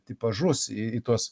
tipažus į į tuos